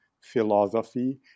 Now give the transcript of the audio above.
philosophy